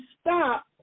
stop